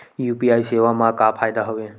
UPI सेवा मा का फ़ायदा हवे?